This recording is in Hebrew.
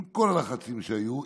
עם כל הלחצים שהיו,